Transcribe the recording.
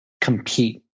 compete